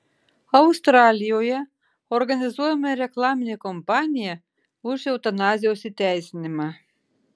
australijoje organizuojama reklaminė kampanija už eutanazijos įteisinimą